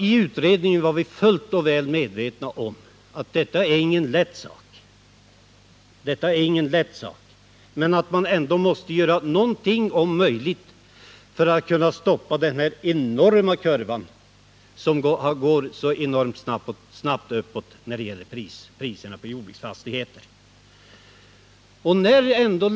I utredningen var vi fullt medvetna om att detta inte är någon lätt sak men att man om möjligt ändå måste göra någonting för att stoppa den enormt snabba prisstegringen på jordbruksfastigheter.